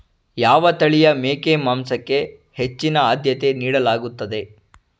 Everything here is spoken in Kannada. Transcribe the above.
ಯಾವ ತಳಿಯ ಮೇಕೆ ಮಾಂಸಕ್ಕೆ ಹೆಚ್ಚಿನ ಆದ್ಯತೆ ನೀಡಲಾಗುತ್ತದೆ?